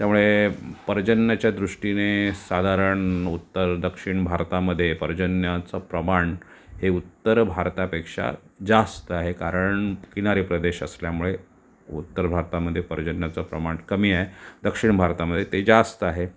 त्यामुळे पर्जन्याच्या दृष्टीने साधारण उत्तर दक्षिण भारतामध्ये पर्जन्याचं प्रमाण हे उत्तर भारतापेक्षा जास्त आहे कारण किनारी प्रदेश असल्यामुळे उत्तर भारतामध्ये पर्जन्याचं प्रमाण कमी आहे दक्षिण भारतामध्ये ते जास्त आहे